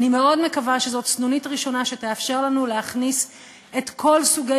אני מאוד מקווה שזאת סנונית ראשונה שתאפשר לנו להכניס את כל סוגי